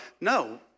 No